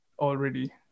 already